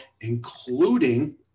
including